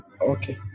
Okay